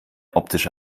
optische